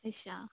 ਅੱਛਾ